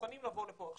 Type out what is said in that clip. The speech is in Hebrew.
מוכנים לבוא לכאן עכשיו.